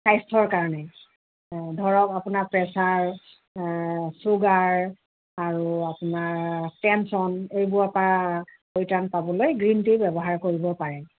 স্বাস্থ্যৰ কাৰণে ধৰক আপোনাৰ প্ৰেছাৰ ছুগাৰ আৰু আপোনাৰ টেনশ্যন এইবোৰৰ পৰা পৰিত্ৰাণ পাবলৈ গ্ৰীণ টি ব্যৱহাৰ কৰিব পাৰে